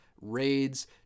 raids